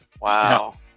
Wow